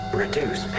reduce